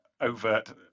overt